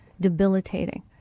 debilitating